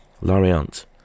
Lorient